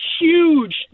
huge